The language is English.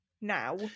now